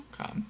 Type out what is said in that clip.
Okay